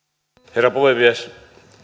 herra puhemies